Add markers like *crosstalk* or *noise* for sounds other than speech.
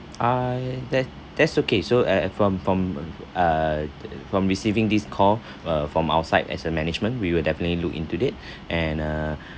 ah that that's okay so eh from from uh from receiving this call *breath* uh from our side as a management we will definitely look into it and uh